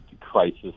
crisis